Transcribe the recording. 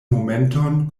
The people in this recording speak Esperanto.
momenton